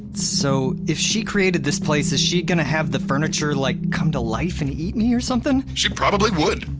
so if she created this place, is she gonna have the furniture like come to life and eat me or something? she probably would,